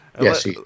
Yes